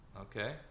okay